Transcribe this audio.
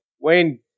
Wayne